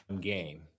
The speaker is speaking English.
game